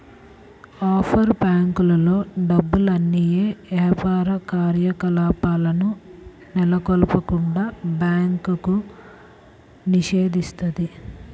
offshore బ్యేంకుల్లో డబ్బుల్ని యే యాపార కార్యకలాపాలను నెలకొల్పకుండా బ్యాంకు నిషేధిత్తది